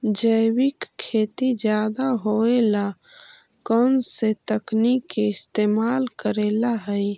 जैविक खेती ज्यादा होये ला कौन से तकनीक के इस्तेमाल करेला हई?